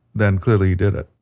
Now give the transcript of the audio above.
then clearly he did it